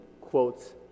quotes